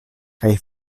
kaj